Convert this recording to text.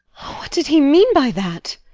what did he mean by that?